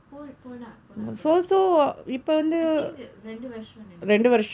போனா போ போனா போனா:ponaa po ponaa ponaa I think இரண்டு வர்ஷமனு நினைக்கிறே:rendu varshamnu ninaikkirae